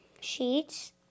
sheets